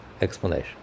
explanation